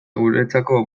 guretzako